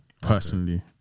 Personally